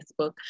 Facebook